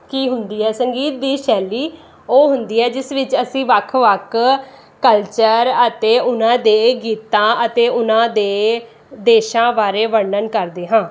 ਕੀ ਹੁੰਦੀ ਹੈ ਸੰਗੀਤ ਦੀ ਸ਼ੈਲੀ ਉਹ ਹੁੰਦੀ ਹੈ ਜਿਸ ਵਿੱਚ ਅਸੀਂ ਵੱਖ ਵੱਖ ਕਲਚਰ ਅਤੇ ਉਨ੍ਹਾਂ ਦੇ ਗੀਤਾਂ ਅਤੇ ਉਨ੍ਹਾਂ ਦੇ ਦੇਸ਼ਾਂ ਬਾਰੇ ਵਰਣਨ ਕਰਦੇ ਹਾਂ